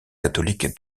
catholique